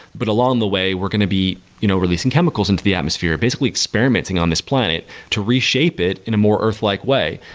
but along the way, we're going to be you know releasing chemicals into the atmosphere, basically experimenting on this planet to reshape it in a more earth-like way.